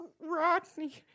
Rodney